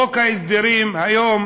חוק ההסדרים, היום